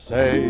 Say